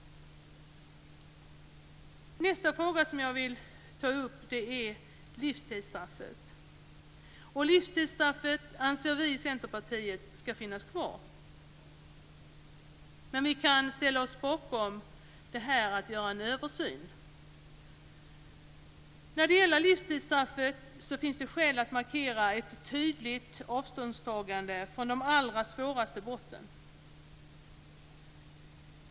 Nästa fråga som jag vill ta upp gäller livstidsstraffet. Vi i Centerpartiet anser att livstidsstraffet ska finnas kvar, men vi kan ställa oss bakom att man ska göra en översyn. När det gäller livstidsstraffet finns det skäl att markera ett tydligt avståndstagande från de allra svåraste brotten.